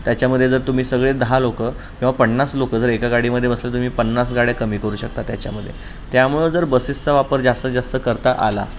त्याच्यामध्ये जर तुम्ही सगळे दहा लोकं किंवा पन्नास लोकं जर एका गाडीमध्ये बसलं तुम्ही पन्नास गाड्या कमी करू शकता त्याच्यामध्ये त्यामुळे जर बसेसचा वापर जास्त जास्त करता आला